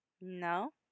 No